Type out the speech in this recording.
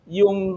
yung